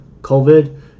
COVID